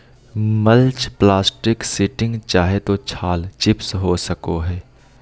mulch plastic sheeting चाहे तो छाल चिप्स हो सको हइ